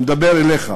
אני מדבר אליך.